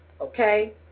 okay